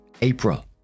April